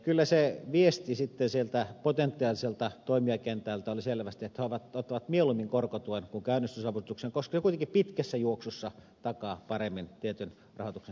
kyllä se viesti sitten sieltä potentiaaliselta toimijakentältä oli selvästi että he ottavat mieluummin korkotuen kuin käynnistysavustuksen koska se kuitenkin pitkässä juoksussa takaa paremmin tietyn rahoituksen saatavuuden